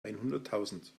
einhunderttausend